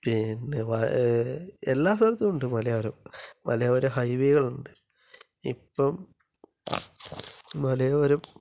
പിന്നെ വായ എല്ലാ സ്ഥലത്തും ഉണ്ട് മലയോരം മലയോര ഹൈവേകളുണ്ട് ഇപ്പം മലയോരം